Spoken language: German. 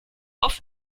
auf